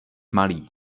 malý